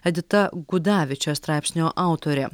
edita gudavič šio straipsnio autorė